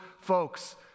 folks